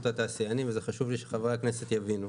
התעשיינים וזה חשוב לי שחברי הכנסת יבינו.